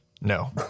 No